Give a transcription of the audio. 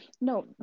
no